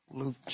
Luke